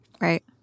Right